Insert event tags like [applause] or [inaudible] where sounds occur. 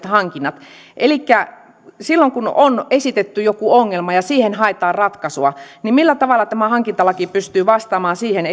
[unintelligible] hankinnat elikkä silloin kun on on esitetty jokin ongelma ja siihen haetaan ratkaisua niin millä tavalla tämä hankintalaki pystyy vastaamaan siihen [unintelligible]